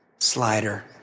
Slider